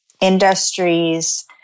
industries